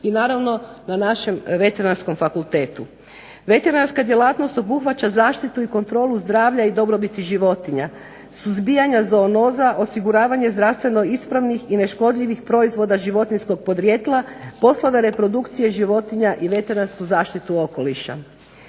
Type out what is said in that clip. i naravno na našem Veterinarskom fakultetu. Veterinarska djelatnost obuhvaća zaštitu i kontrolu zdravlja i dobrobiti životinja, suzbijanja zoonoza, osiguravanje zdravstveno ispravnih i neškodljivih proizvoda životinjskog podrijetla, poslove reprodukcije životinja i veterinarsku zaštitu okoliša.